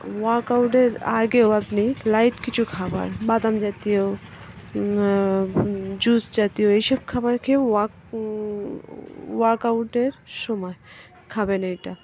ওয়ার্কআউটের আগেও আপনি লাইট কিছু খাবার বাদাম জাতীয় জুস জাতীয় এইসব খাবার খেয়ে ওয়াক ওয়ার্কআউটের সময় খাবেন এটা